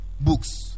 books